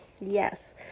Yes